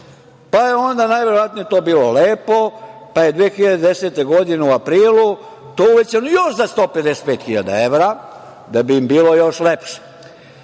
pa je onda najverovatnije to bilo lepo, pa su 2010. godine u aprilu to uvećali još za 155 hiljada evra da bi im bilo još lepše.